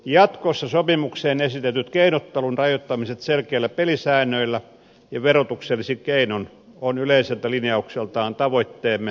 jatkossa sopimukseen esitetyt keinottelun rajoittamiset selkeillä pelisäännöillä ja verotuksellisin keinoin on yleiseltä linjaukseltaan tavoitteemme mukaista